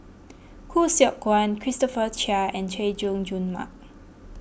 Khoo Seok Wan Christopher Chia and Chay Jung Jun Mark